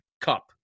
cup